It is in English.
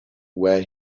where